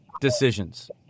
decisions